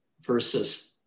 versus